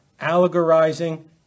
allegorizing